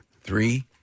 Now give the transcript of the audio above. Three